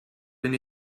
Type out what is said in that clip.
bin